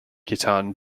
khitan